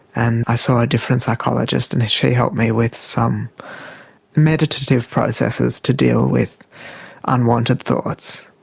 and i saw a different psychologist and she helped me with some meditative processes to deal with unwanted thoughts.